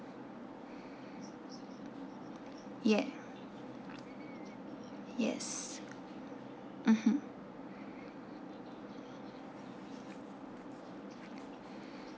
ya yes mmhmm